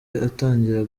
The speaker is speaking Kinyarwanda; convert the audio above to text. atangira